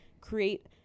create